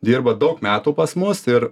dirba daug metų pas mus ir